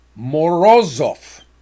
Morozov